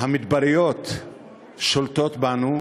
המדבריות שולטים בנו.